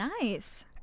Nice